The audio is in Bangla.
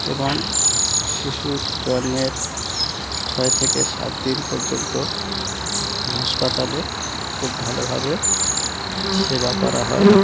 এবং শিশুর জন্মের ছয় থেকে সাত দিন পর্যন্ত হাসপাতালে খুব ভালোভাবে সেবা করা হয়